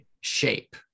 shape